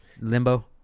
Limbo